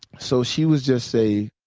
so she was just a